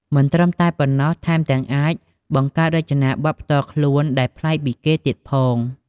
មិនត្រឹមតែប៉ុណ្ណោះ ថែមទាំងអាចបង្កើតរចនាបថផ្ទាល់ខ្លួនដែលប្លែកពីគេទៀតផង។